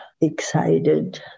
excited